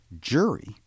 jury